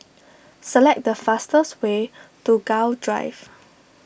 select the fastest way to Gul Drive